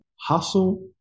hustle